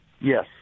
Yes